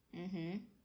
mmhmm